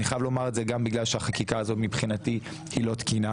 אני חייב לומר את זה גם בגלל שהחקיקה הזו מבחינתי היא לא תקינה,